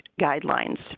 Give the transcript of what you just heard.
guidelines